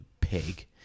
pig